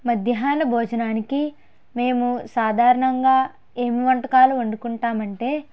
మధ్యాహ్న భోజనానికి మేము సాధారణంగా ఏం వంటకాలు వండుకుంటాం అంటే